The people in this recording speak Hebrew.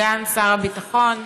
סגן שר הביטחון.